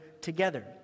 together